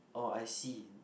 oh I see